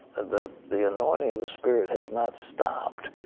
the the anointing of the spirit has not stopped.